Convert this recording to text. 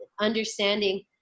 understanding